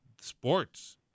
sports